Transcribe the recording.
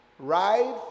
Right